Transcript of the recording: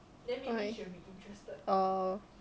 why orh